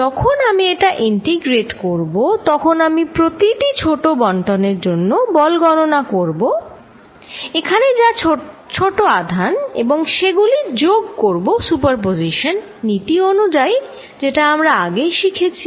যখন আমি এটা ইন্টিগ্রেট করব তখন আমি প্রতিটি ছোট বন্টনের জন্য বল গণনা করবো এখানে যা ছোট আধান এবং সেগুলি যোগ করব সুপারপজিশন নীতি অনুযায়ী যেটা আমরা আগেই শিখেছি